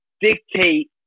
dictate